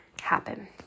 happen